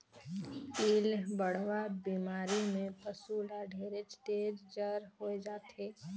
पिलबढ़वा बेमारी में पसु ल ढेरेच तेज जर होय जाथे